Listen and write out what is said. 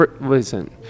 Listen